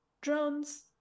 Drones